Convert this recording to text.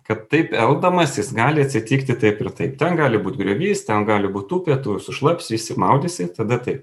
kad taip elgdamasis gali atsitikti taip ir taip ten gali būt griovys ten gali būt upė tu sušlapsi išsimaudysi tada taip